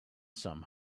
some